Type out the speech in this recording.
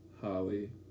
Holly